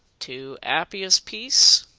to appiah's piece